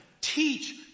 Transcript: Teach